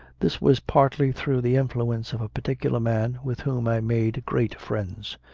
this was partly through the influence of a particular man with whom i made great friends.